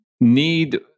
need